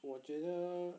我觉得